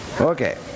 Okay